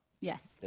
yes